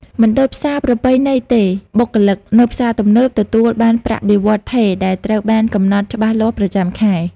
មិនដូចផ្សារប្រពៃណីទេ បុគ្គលិកនៅផ្សារទំនើបទទួលបានប្រាក់បៀវត្សរ៍ថេរដែលត្រូវបានកំណត់ច្បាស់លាស់ប្រចាំខែ។